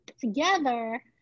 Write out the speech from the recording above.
together